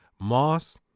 Moss